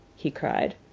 he cried,